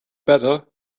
better